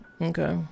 Okay